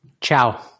Ciao